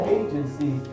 agency